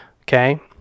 Okay